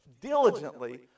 diligently